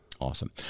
Awesome